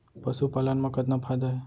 पशुपालन मा कतना फायदा हे?